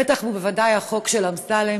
בטח ובוודאי החוק של אמסלם,